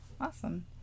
Awesome